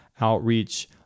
outreach